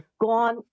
gone